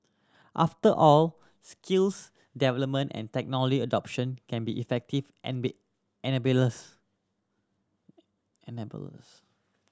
after all skills development and technology adoption can be effective enablers